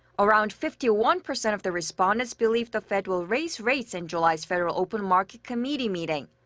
around fifty one percent of the respondents believe the fed will raise rates in july's federal open market committee meeting.